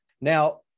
Now